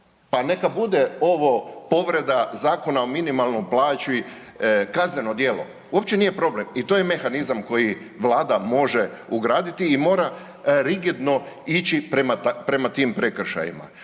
pa neka bude ovo povreda Zakona o minimalnoj plaći kazneno djelo, uopće nije problem, i to je mehanizam koji Vlada može ugraditi mora rigidno ići prema tim prekršajima.